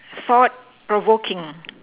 sought provoking